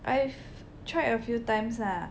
I've tried a few times ah